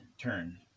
turn